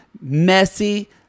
messy